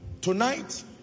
Tonight